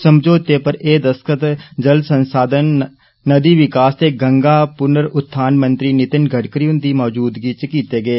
समझौते उप्पर एह दस्तख्त जलसंसाधन नदी विकास ते गंगा पुर्ण उत्थान मंत्री नितिन गड़करी हुन्दी मौजूदगी च कीते गे